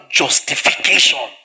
justification